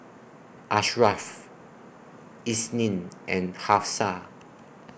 Ashraff Isnin and Hafsa